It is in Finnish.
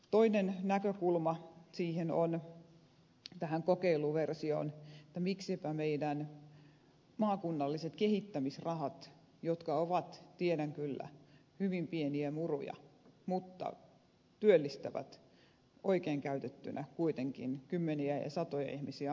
toinen näkökulma tähän kokeiluversioon on että miksipä ei korotettaisi meidän maakunnallisia kehittämisrahoja jotka ovat tiedän kyllä hyvin pieniä muruja mutta työllistävät oikein käytettynä kuitenkin kymmeniä ja satoja ihmisiä alueella